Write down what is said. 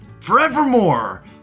forevermore